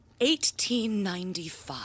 1895